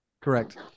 Correct